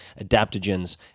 adaptogens